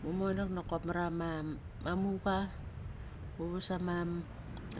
Ngu monak nokop mara ma muga. Ngu vas